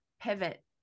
pivot